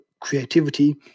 creativity